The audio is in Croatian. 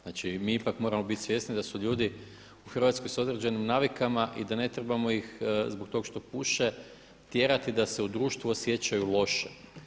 Znači mi ipak moramo biti svjesni da su ljudi u Hrvatskoj s određenim navikama i da ne trebamo ih zbog tog što puše tjerati da se u društvu osjećaju loše.